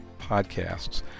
podcasts